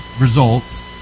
results